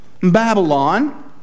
Babylon